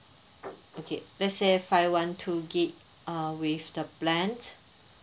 okay let's say five one to gig uh with the plan